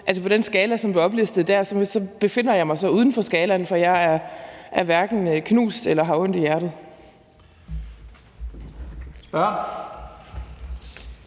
forstå. På den skala, du oplistede der, befinder jeg mig uden for skalaen, for jeg er hverken knust eller har ondt i hjertet.